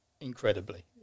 incredibly